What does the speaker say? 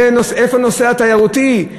איפה הנושא התיירותי,